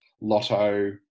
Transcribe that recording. lotto